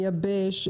מייבש,